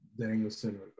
Danielson